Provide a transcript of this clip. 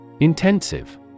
Intensive